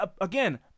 Again